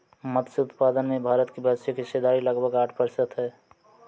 मत्स्य उत्पादन में भारत की वैश्विक हिस्सेदारी लगभग आठ प्रतिशत है